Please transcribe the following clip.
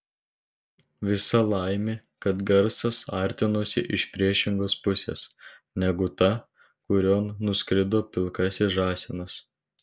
visa laimė kad garsas artinosi iš priešingos pusės negu ta kurion nuskrido pilkasis žąsinas